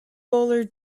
bowler